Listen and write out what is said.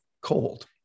cold